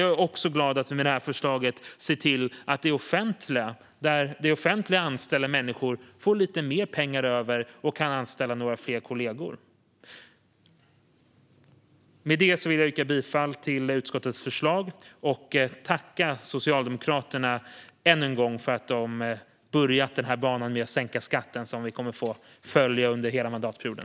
Jag är också glad att vi med det här förslaget ser till att det offentliga med offentligt anställda människor får lite mer pengar över och kan anställa några fler kollegor. Med det vill jag yrka bifall till utskottets förslag och tacka Socialdemokraterna ännu en gång för att de har börjat arbetet med att sänka skatten, vilket är något som vi kommer att få följa under hela mandatperioden.